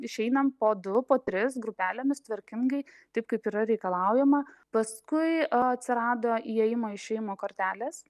išeinam po du po tris grupelėmis tvarkingai taip kaip yra reikalaujama paskui atsirado įėjimo išėjimo kortelės